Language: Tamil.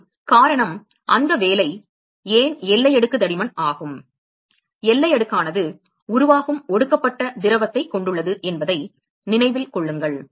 மற்றும் காரணம் அந்த வேலை ஏன் எல்லை அடுக்கு தடிமன் ஆகும் எல்லை அடுக்கு ஆனது உருவாகும் ஒடுக்கப்பட்ட திரவத்தைக் கொண்டுள்ளது என்பதை நினைவில் கொள்ளுங்கள்